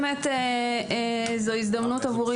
שלום.